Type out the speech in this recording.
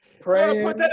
praying